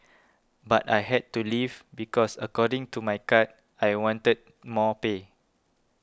but I had to leave because according to my card I wanted more pay